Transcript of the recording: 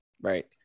Right